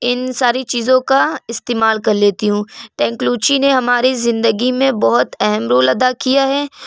ان ساری چیزوں کا استعمال کر لیتی ہوں ٹینکلوچی نے ہماری زندگی میں بہت اہم رول ادا کیا ہے